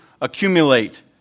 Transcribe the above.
accumulate